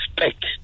respect